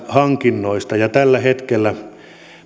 hankinnoista tällä hetkellä